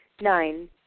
Nine